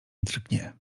drgnie